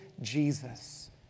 Jesus